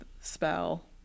spell